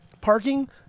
Parking